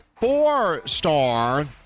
four-star